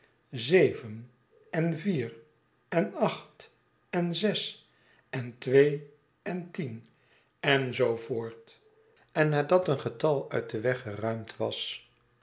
zeven en vier en acht en zes en twee en tien en zoo voort en nadat een getal uit den weg geruimd was